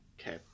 okay